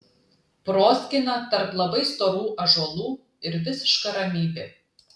proskyna tarp labai storų ąžuolų ir visiška ramybė